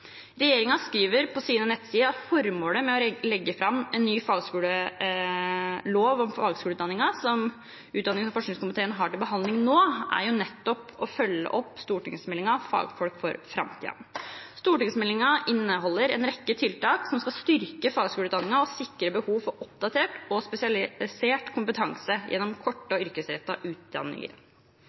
skriver på sine nettsider at formålet med å legge fram en ny lov om fagskoleutdanningen, som utdannings- og forskningskomiteen har til behandling nå, er nettopp å følge opp stortingsmeldingen «Fagfolk for fremtiden». Stortingsmeldingen inneholder en rekke tiltak som skal styrke fagskoleutdanningen og tilfredsstille behovet for oppdatert og spesialisert kompetanse gjennom korte og yrkesrettede utdanninger.